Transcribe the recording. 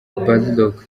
bullock